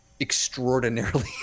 extraordinarily